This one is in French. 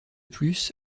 plus